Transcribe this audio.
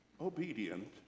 obedient